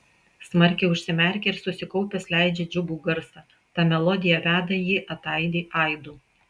smarkiai užsimerkia ir susikaupęs leidžia džiugų garsą ta melodija veda jį ataidi aidu